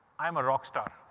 i'm a rock star,